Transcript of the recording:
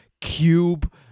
cube